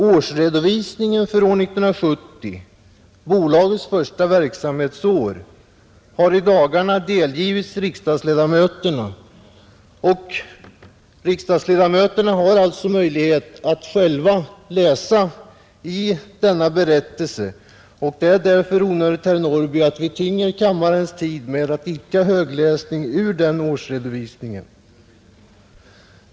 Årsredovisningen för år 1970, bolagets första verksamhetsår, har i dagarna delgivits riksdagsledamöterna och dessa har alltså möjlighet att själva läsa denna berättelse. Det är därför onödigt, herr Norrby i Åkersberga, att vi tynger kammarens tid med att idka högläsning ur den årsredovisningen.